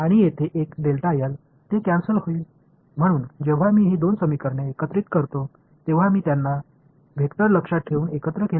எனவே நான் இந்த இரண்டு சமன்பாடுகளையும் இணைக்கும்போது இது எனக்கு கிடைக்கும் சமன்பாடு என்பதை நீங்கள் காண்பீர்கள் அதனால்தான் நான் இந்த n ஐ இங்கே வரையறுத்துள்ளேன்